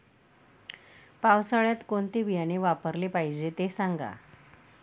पावसाळ्यात कोणते बियाणे वापरले पाहिजे ते सांगा